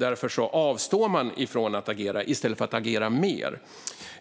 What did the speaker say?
Därför avstår man från att agera i stället för att agera mer.